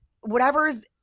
whatever's